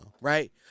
right